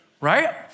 right